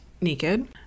naked